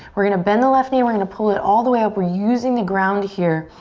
we're gonna bend the left knee, we're gonna pull it all the way up. we're using the ground here